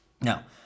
Now